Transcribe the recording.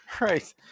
right